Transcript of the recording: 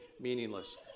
meaningless